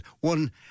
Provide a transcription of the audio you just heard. one